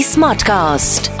Smartcast